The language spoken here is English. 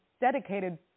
dedicated